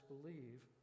believe